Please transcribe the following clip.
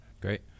Great